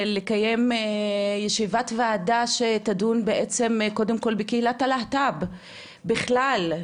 לקיים ישיבת ועדה שתדון בקהילת הלהט"ב בכלל,